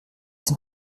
sind